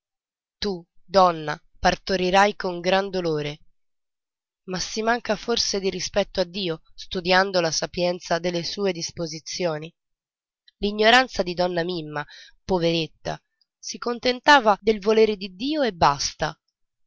tu donna partorirai con gran dolore ma si manca forse di rispetto a dio studiando la sapienza delle sue disposizioni l'ignoranza di donna mimma poveretta si contentava del volere di dio e basta